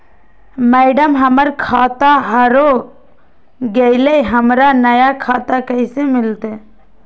madam, हमर खाता हेरा गेलई, हमरा नया खाता कैसे मिलते